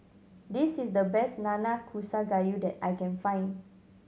this is the best Nanakusa Gayu that I can find